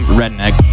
redneck